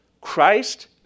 Christ